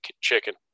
chicken